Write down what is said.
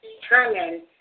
determine